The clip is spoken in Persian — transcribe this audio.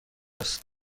است